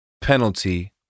penalty